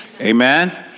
Amen